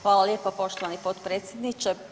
Hvala lijepa poštovani potpredsjedniče.